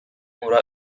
muro